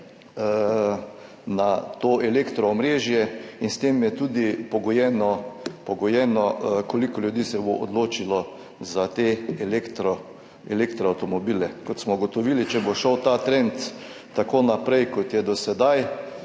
na to elektro omrežje in s tem je tudi pogojeno, koliko ljudi se bo odločilo za te električne avtomobile. Kot smo ugotovili, če bo šel ta trend tako naprej, kot je šel do sedaj,